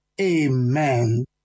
Amen